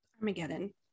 armageddon